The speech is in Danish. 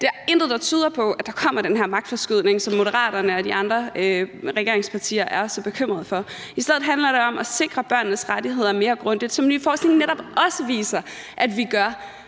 ikker er noget, der tyder på, at der kommer den her magtforskydning, som Moderaterne og de andre regeringspartier er så bekymrede for. I stedet handler det om at sikre børnenes rettigheder mere grundigt, hvad ny forskning netop også viser at vi gør,